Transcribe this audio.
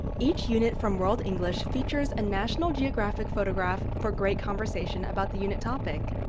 each unit from world english features a national geographic photograph for great conversation about the unit topic.